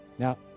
Now